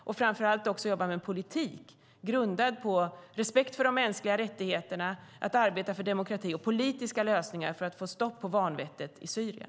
Vi måste arbeta för en politik grundad på respekt för de mänskliga rättigheterna och arbeta för demokrati och politiska lösningar för att få stopp på vanvettet i Syrien.